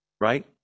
right